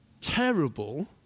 terrible